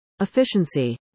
efficiency